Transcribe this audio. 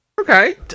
Okay